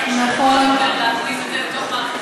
ההורים שלה מאוד ביקשו להכניס את זה למערכת החינוך.